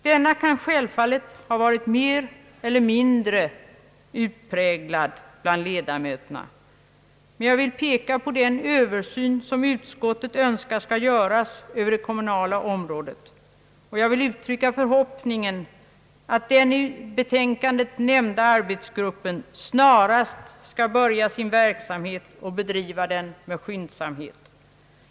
Denna kan självfallet ha varit mer eller mindre utpräglad bland ledamöterna. Men jag vill peka på den översyn som utskottet önskar över det kommunala området. Jag vill uttrycka förhoppningen att den i betänkandet nämnda arbetsgruppen snarast skall börja sin verksamhet och bedriva den med skyndsamhet.